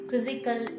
Physical